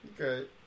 Okay